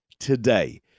today